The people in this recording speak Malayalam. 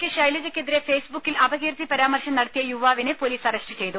കെ ശൈലജക്കെതിരെ ഫേസ്ബുക്കിൽ അപകീർത്തി പരാമർശം നടത്തിയ യുവാവിനെ പൊലീസ് അറസ്റ്റ് ചെയ്തു